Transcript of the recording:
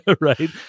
Right